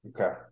Okay